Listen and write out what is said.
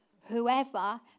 whoever